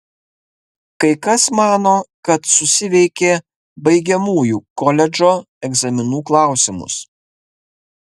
kai kas mano kad susiveikė baigiamųjų koledžo egzaminų klausimus